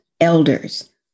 elders